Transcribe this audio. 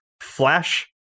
flash